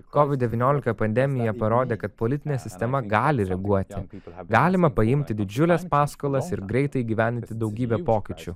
kovid devyniolika pandemija parodė kad politinė sistema gali reaguoti galima paimti didžiules paskolas ir greitai įgyvendinti daugybę pokyčių